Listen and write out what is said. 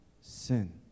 sin